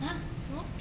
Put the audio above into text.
!huh! 什么